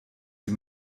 sie